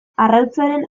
arrautzaren